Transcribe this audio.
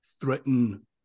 threaten